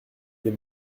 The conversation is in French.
des